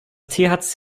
thc